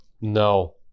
No